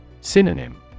Synonym